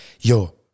yo